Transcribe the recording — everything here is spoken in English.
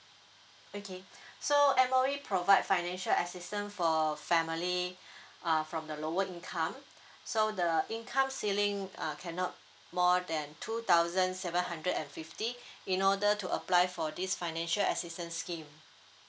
okay so M_O_E provide financial assistant for family uh from the lower income so the income ceiling uh cannot more than two thousand seven hundred and fifty in order to apply for this financial assistance scheme